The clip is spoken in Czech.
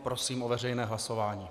Prosím o veřejné hlasování.